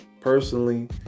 Personally